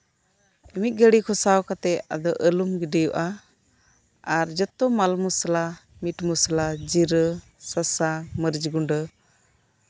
ᱢᱤᱫ ᱜᱷᱟᱹᱲᱤ ᱠᱷᱚᱥᱟᱣ ᱠᱟᱛᱮ ᱟᱫᱚ ᱟᱞᱩᱢ ᱜᱤᱰᱤᱣᱟᱜᱼᱟ ᱟᱨ ᱡᱷᱚᱛᱚ ᱢᱟᱞᱼᱢᱚᱥᱞᱟ ᱢᱤᱴ ᱢᱚᱥᱞᱟ ᱡᱤᱨᱟᱹ ᱥᱟᱥᱟᱝ ᱢᱟᱹᱨᱤᱪ ᱜᱩᱸᱰᱟᱹ